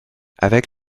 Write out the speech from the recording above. avec